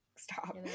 Stop